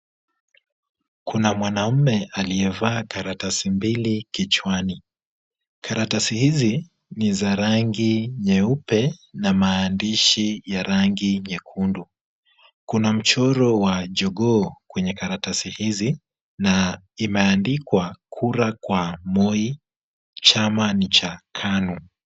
Kuna mwanaume aliyevaa karatasi mbili kichwani. Karatasi hizi ni za rangi nyeupe na maandishi ya rangi nyekundu. Kuna mchoro wa jogoo kwenye karatasi hizi na imeandikwa kura kwa Moi, chama ni cha KANU.